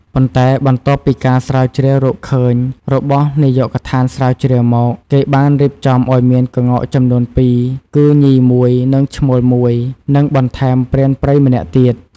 ប៉ុន្តែបន្ទាប់ពីការស្រាវជ្រាវរកឃើញរបស់នាយកដ្ឋានស្រាវជ្រាវមក គេបានរៀបចំឲ្យមានក្ងោកចំនួនពីរ គឺញីមួយ និងឈ្មោលមួយ និងបន្ថែមព្រានព្រៃម្នាក់ទៀត។